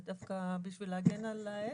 זה דווקא בשביל להגן על העסק.